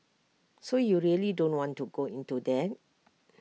so you really don't want to go into that